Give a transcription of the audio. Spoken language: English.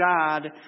God